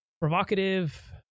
provocative